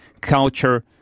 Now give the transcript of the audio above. culture